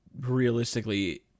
realistically